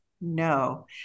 No